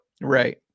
Right